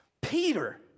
Peter